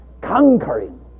conquering